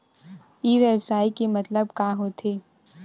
ई व्यवसाय के मतलब का होथे?